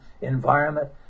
environment